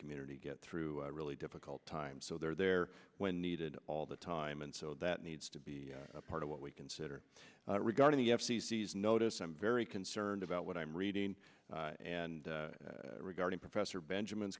community get through really difficult times so they're there when needed all the time and so that needs to be a part of what we consider regarding the f c c is notice i'm very concerned about what i'm reading and regarding professor benjamin